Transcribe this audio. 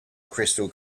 crystal